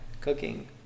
cooking